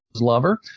lover